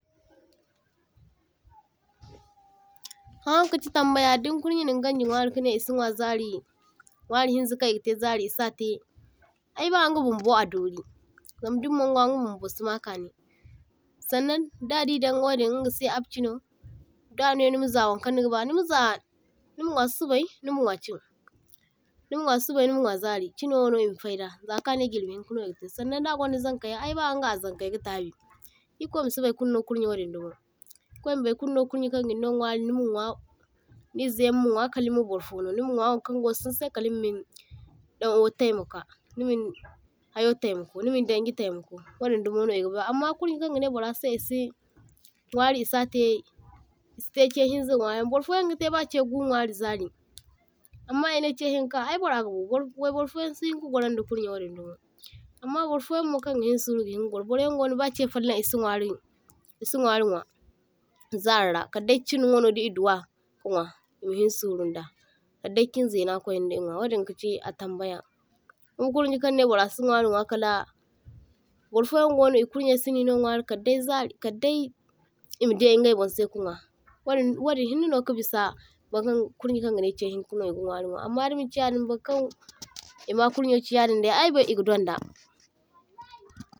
toh-toh Hankaŋ kachi tambaya din kurnye nin ganji nwari kanai e’si nwa zari, nwari hinza kaŋ e gatai zari e satai ay ba inga bumbo a dori zama dinmaŋ nwa inga bumbo sima kani, sannaŋ dadi wadiŋ sanda ingasai apchino, danai nimaza wankaŋ nigaba nimaza nima nwa susubay, nima nwa chin, nima nwa susubay, nima nwa zari, chinowo e mafaida zakaŋ anai jirbi hinkano e gatai. Sannaŋ da’gwanda zankayaŋ ayba inga a zaŋkay ga’tabi, ir’kwai masi baykuluno kurye wadiŋdumo, ir’kwaima baykuluno kurye kaŋ ginno nwari nima nwa, ni e zaima nwa, kala nima bayfono nima nwa wankaŋ ga wa’sanisai kala nima may daŋ u’wa taymaka nimin hayo taymaka nimin daŋgi taymako wadiŋ dumono e ga ba. Amma kurye kaŋ ganai burrasai e’si nwari e sa’tai e si’tai chaihinza nwayaŋ, burfoyan gabatay chaiyaŋ guu nwari zari amma e nai chaihinka ay burra ga’bu, wai wayburfoyaŋ sihinka gwaraŋ da kurye wadin dumo amma burfoyanmo kangahin su’ru gahinka gwar. Buryaŋ gono ba chaifallaŋ e si nwari e si nwari nwa zarira kadday chin wano di duwaka nwa e mahin surunda, kadday chinzaina kwaine di nwa, wadin kachi a tambaya. Kurye kaŋne burra si nwari nwa kala, burfoyangono e kurye sinino nwari kadday zari, kadday e maday ingay burn’sai ka nwa, wadin wadin hinnano kabisa burkan kurye kaŋgane chaihinkano e ga nwari nwa amma dimanchiyadin burkan e ma kuryo chiyadin ay e ga doŋda.